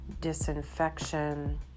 disinfection